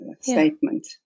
statement